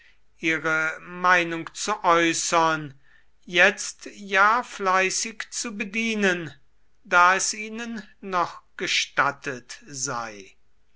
ihre meinung zu äußern jetzt ja fleißig zu bedienen da es ihnen noch gestattet sei